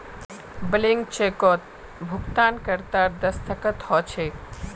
blank चेकत भुगतानकर्तार दस्तख्त ह छेक